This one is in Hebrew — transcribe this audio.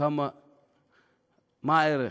מה הערך.